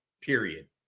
period